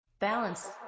Balance